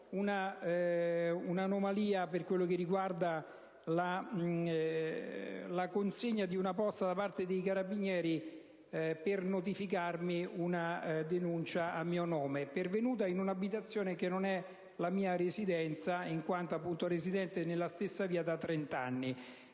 un'anomalia per quanto riguarda la consegna di un plico da parte dei Carabinieri per notificarmi una denuncia a mio nome, pervenuta in un'abitazione che non è la mia residenza in quanto appunto residente nella stessa via da trent'anni.